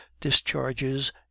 discharges